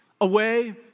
away